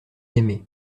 aimé